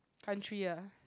country ya